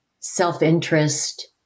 self-interest